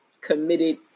committed